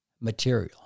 material